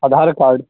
Aadhaar card